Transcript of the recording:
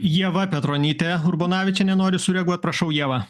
ieva petronytė urbonavičienė nori sureaguot prašau ieva